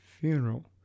funeral